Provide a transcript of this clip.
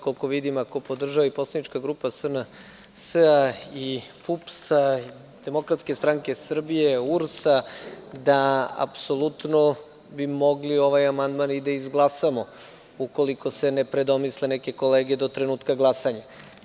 Koliko vidim, ako podržava i poslanička grupa SNS, PUPS, DSS i URS, apsolutno bi mogli ovaj amandman i da izglasamo, ukoliko se ne predomisle neke kolege do trenutka glasanja.